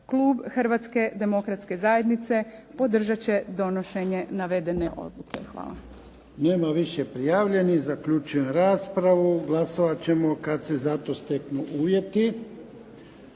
klub Hrvatske demokratske zajednice, podržat će donošenje navedene odluke. Hvala. **Jarnjak, Ivan (HDZ)** Nema više prijavljenih. Zaključujem raspravu. Glasovat ćemo kada se za to steknu uvjeti.